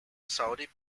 saudi